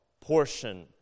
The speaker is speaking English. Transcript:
portion